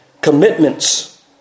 commitments